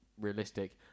realistic